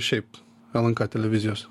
šiaip lnk televizijos